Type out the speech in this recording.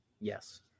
yes